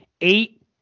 eight